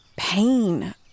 Pain